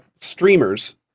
streamers